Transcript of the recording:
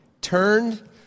turned